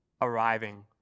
arriving